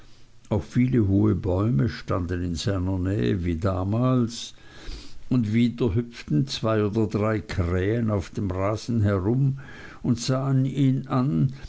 auch viele hohe bäume standen in seiner nähe wie damals und wieder hüpften zwei oder drei krähen auf dem rasen herum und sahen ihn an